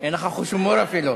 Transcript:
אין לך חוש הומור אפילו.